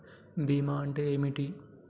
బీమా అంటే ఏమిటి?